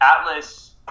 Atlas